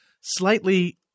slightly